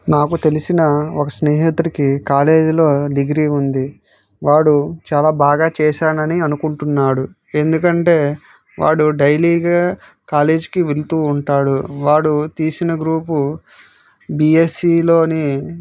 నాకు తెలిసిన ఒక స్నేహితుడికి కాలేజీలో డిగ్రీ ఉంది వాడు చాలా బాగా చేశానని అనుకుంటున్నాడు ఎందుకంటే వాడు డైలీగా కాలేజ్కి వెళ్తూ ఉంటాడు వాడు తీసిన గ్రూప్ బిఎస్సి లోని